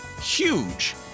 huge